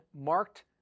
marked